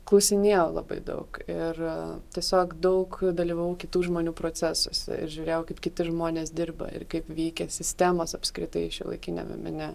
klausinėjau labai daug ir tiesiog daug dalyvavau kitų žmonių procesuose ir žiūrėjau kaip kiti žmonės dirba ir kaip veikia sistemos apskritai šiuolaikiniame mene